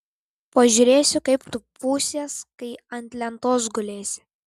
pažiūrėsiu kaip tu pūsies kai ant lentos gulėsi